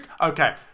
Okay